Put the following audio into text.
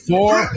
Four